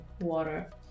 water